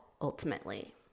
ultimately